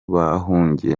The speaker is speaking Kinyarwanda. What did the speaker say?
bahungiye